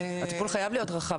הטיפול חייב להיות רחב,